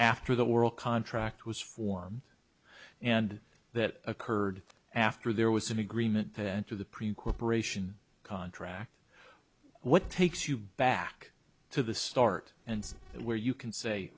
after the world contract was for and that occurred after there was some agreement to the pre cooperation contract what takes you back to the start and where you can say